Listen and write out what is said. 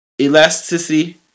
elasticity